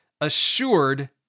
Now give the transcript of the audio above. assured